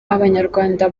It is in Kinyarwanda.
abanyarwanda